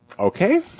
Okay